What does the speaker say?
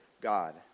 God